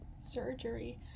surgery